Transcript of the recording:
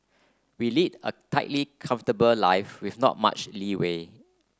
we lead a tightly comfortable life with not much leeway